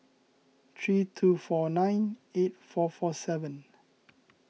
three two four nine eight four four seven